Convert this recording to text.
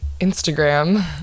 Instagram